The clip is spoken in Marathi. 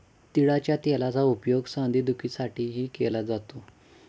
तिळाच्या तेलाचा उपयोग सांधेदुखीसाठीही केला जातो